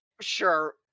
sure